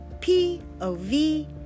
P-O-V